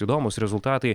įdomūs rezultatai